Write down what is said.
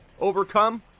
overcome